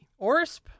Orsp